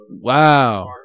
wow